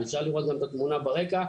אפשר לראות גם את התמונה ברגע.